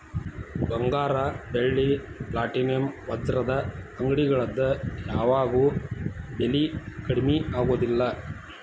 ಬಂಗಾರ ಬೆಳ್ಳಿ ಪ್ಲಾಟಿನಂ ವಜ್ರದ ಅಂಗಡಿಗಳದ್ ಯಾವಾಗೂ ಬೆಲಿ ಕಡ್ಮಿ ಆಗುದಿಲ್ಲ